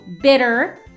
Bitter